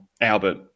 Albert